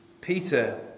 Peter